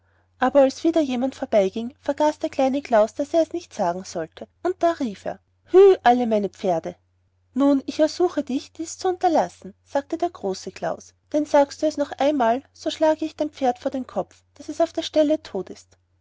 aber als wieder jemand vorbeiging vergaß der kleine klaus daß er es nicht sagen sollte und da rief er hü alle meine pferde nun ersuche ich dich dies zu unterlassen sagte der große klaus denn sagst du es noch einmal so schlage ich dein pferd vor den kopf daß es auf der stelle tot ist